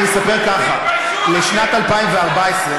אני יודע, אין לי ספק שאתה בעד החוק.